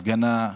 הפגנה.